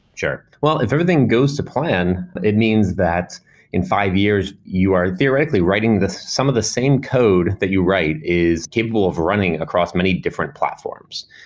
sure. well, if everything goes to plan, it means that in five years you are theoretically writing some of the same code that you write is capable of running across many different platforms,